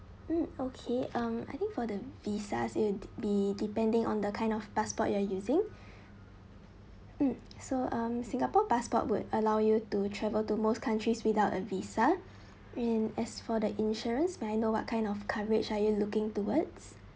mm okay um I think for the visa it'd be depending on the kind of passport you are using so um singapore passport will allow you to travel to most countries without a visa and as for the insurance may I know what kind of coverage are you looking towards